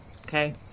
Okay